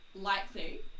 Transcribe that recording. likely